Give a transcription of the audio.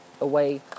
away